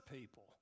people